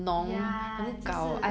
ya 就是